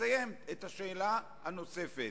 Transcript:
תסיים את השאלה הנוספת.